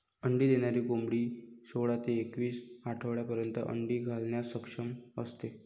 अंडी देणारी कोंबडी सोळा ते एकवीस आठवड्यांपर्यंत अंडी घालण्यास सक्षम असते